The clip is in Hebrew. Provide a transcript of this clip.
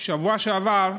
בשבוע שעבר,